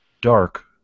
Dark